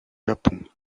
japon